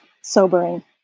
sobering